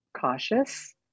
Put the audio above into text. cautious